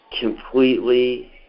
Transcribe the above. completely